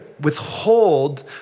withhold